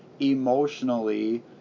emotionally